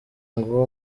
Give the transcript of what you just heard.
ngo